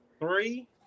Three